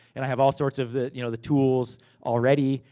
and i have all sorts of the you know the tools already.